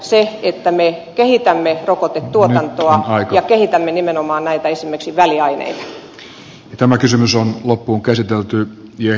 sen että me kehitämme rokotetuotantoa ja kehitämme nimenomaan esimerkiksi näitä väliaineita